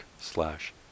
slash